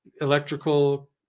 electrical